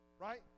right